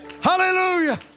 hallelujah